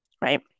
right